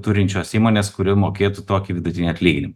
turinčios įmonės kuri mokėtų tokį vidutinį atlyginimą